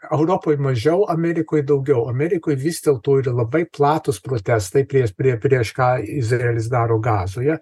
europoj mažiau amerikoj daugiau amerikoj vis dėlto yra labai platūs protestai prieš prie prieš ką izraelis daro gazoje